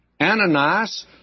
Ananias